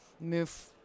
move